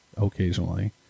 occasionally